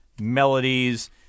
melodies